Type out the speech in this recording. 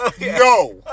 No